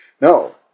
No